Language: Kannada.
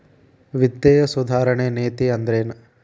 ವಿತ್ತೇಯ ಸುಧಾರಣೆ ನೇತಿ ಅಂದ್ರೆನ್